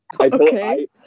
Okay